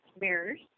mirrors